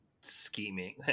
scheming